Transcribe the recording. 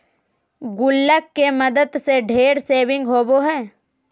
गुल्लक के मदद से ढेर सेविंग होबो हइ